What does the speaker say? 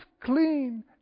clean